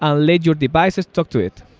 ah lead your devices, talk to it